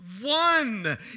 one